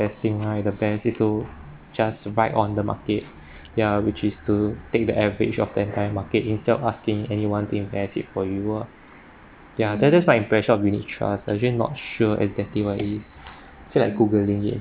I think right the best is to just buy on the market ya which is to take the average of the entire market instead of asking anyone to invest it for you orh ya that that's my impression of unit trust actually not sure exactly what it is feel like googling it